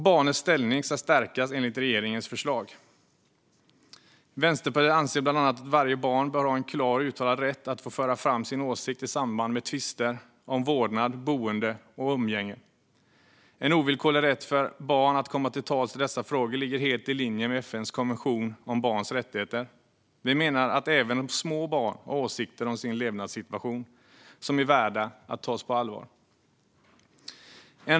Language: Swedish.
Barnets ställning ska också stärkas enligt regeringens förslag. Vänsterpartiet anser bland annat att varje barn bör ha en klar och uttalad rätt att föra fram sin åsikt i samband med tvister om vårdnad, boende och umgänge. En ovillkorlig rätt för barn att komma till tals i dessa frågor ligger helt i linje med FN:s konvention om barnets rättigheter. Vi menar att även små barn har åsikter om sin levnadssituation som är värda att tas på allvar.